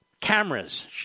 cameras